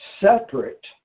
separate